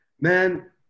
Man